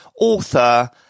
author